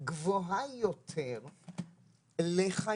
גבוהה יותר לחיילי